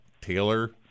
Taylor